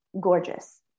gorgeous